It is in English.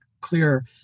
clear